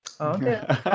Okay